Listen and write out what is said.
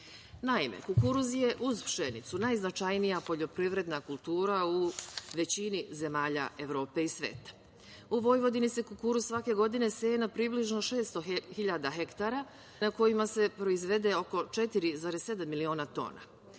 Naime, kukuruz je uz pšenicu najznačajnija poljoprivredna kultura u većini zemalja Evrope i sveta. U Vojvodini se kukuruz svake godine seje na približno 600 hiljada hektara, na kojima se proizvede oko 4,7 miliona tona.